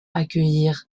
accueillir